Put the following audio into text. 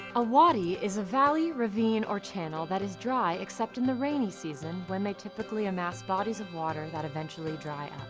a wadi is a valley, ravine or channel that is dry except in the rainy season, when they typically amass bodies of water that eventually dry out.